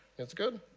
it's good.